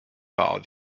about